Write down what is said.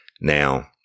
Now